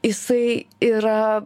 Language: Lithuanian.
jisai yra